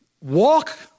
walk